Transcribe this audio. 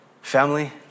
Family